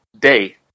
day